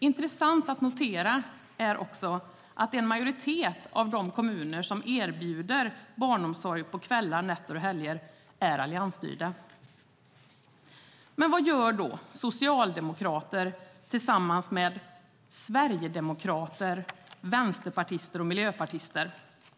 Intressant att notera är också att en majoritet av de kommuner som erbjuder barnsomsorg på kvällar, nätter och helger är alliansstyrda. Vad gör då socialdemokrater tillsammans med sverigedemokrater, vänsterpartister och miljöpartister?